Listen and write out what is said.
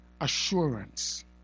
assurance